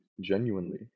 genuinely